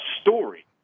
story